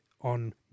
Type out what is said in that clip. on